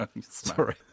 Sorry